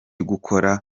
gukora